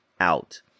out